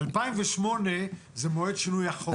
2008 זה מועד שינוי החוק.